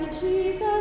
Jesus